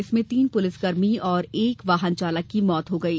इसमें तीन पुलिस कर्मी और एक वाहनचालक की मौत हो गई